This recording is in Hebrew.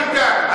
ביטן,